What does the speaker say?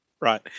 Right